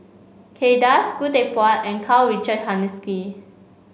Kay Das Khoo Teck Puat and Karl Richard Hanitsch